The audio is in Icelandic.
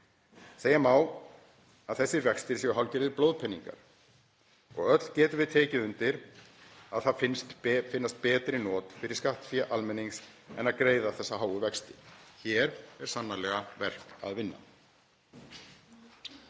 Segja má að þessi vextir séu hálfgerðir blóðpeningar og öll getum við tekið undir að það finnast betri not fyrir skattfé almennings en að greiða þessa háu vexti. Hér er sannarlega verk að vinna.